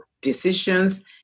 decisions